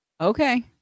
Okay